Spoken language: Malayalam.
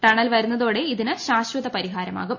ടണൽ വരുന്നതോടെ ഇതിന് ശാശ്വത പരിഹാരമാകും